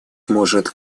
может